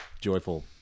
joyful